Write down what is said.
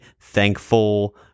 thankful